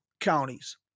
counties